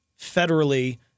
federally